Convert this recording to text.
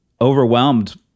overwhelmed